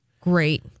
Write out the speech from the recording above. Great